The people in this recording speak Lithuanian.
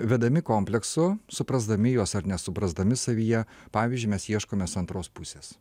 vedami kompleksų suprasdami juos ar nesuprasdami savyje pavyzdžiui mes ieškomės antros pusės